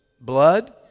blood